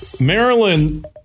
Maryland